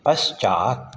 पश्चात्